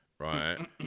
Right